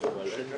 ירושלים,